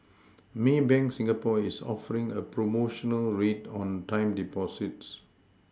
Maybank Singapore is offering a promotional rate on time Deposits